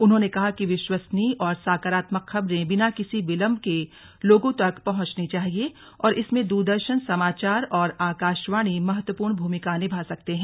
उन्होंने कहा कि विश्वसनीय और सकारात्मक खबरें बिना किसी विलंब के लोगों तक पहुंचनी चाहिए और इसमें दूरदर्शन समाचार और आकाशवाणी महत्वपूर्ण भूमिका निभा सकते हैं